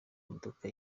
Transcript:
imodoka